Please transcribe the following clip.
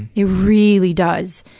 it really does.